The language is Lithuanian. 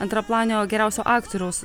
antraplanio geriausio aktoriaus